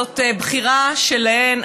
זאת בחירה שלהן.